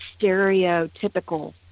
stereotypical